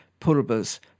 purbas